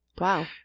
Wow